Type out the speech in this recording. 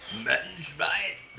meant by